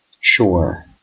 Sure